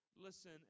Listen